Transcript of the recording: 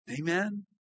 Amen